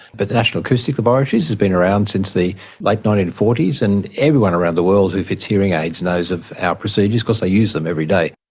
but the national acoustic laboratories has been around since the late like nineteen forty s, and everyone around the world who fits hearing aids knows of our procedures because they use them every day.